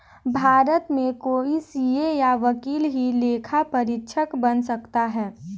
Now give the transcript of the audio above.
भारत में कोई सीए या वकील ही लेखा परीक्षक बन सकता है